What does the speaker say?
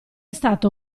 stato